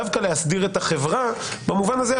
דווקא להסדיר את החברה במובן הזה,